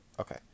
Okay